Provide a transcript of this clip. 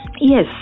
Yes